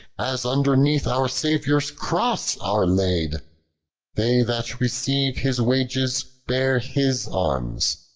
as underneath our saviour s cross are laid they that receive his wages, bear his arms,